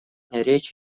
речь